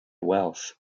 wealth